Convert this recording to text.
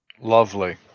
Lovely